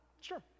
Sure